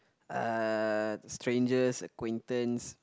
uh strangers acquaintance